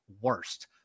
worst